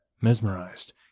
Mesmerized